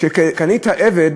קנית עבד,